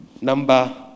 Number